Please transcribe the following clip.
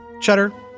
Cheddar